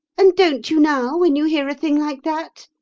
and don't you now, when you hear a thing like that?